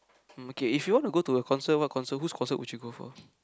mm okay if you want to go to a concert what concert whose concert would you go for